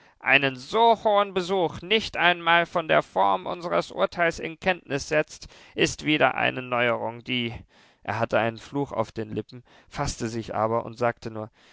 einen so hohen besuch nicht einmal von der form unseres urteils in kenntnis setzt ist wieder eine neuerung die er hatte einen fluch auf den lippen faßte sich aber und sagte nur